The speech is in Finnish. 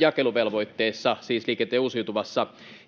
jakeluvelvoitteessa, siis liikenteen uusiutuvassa.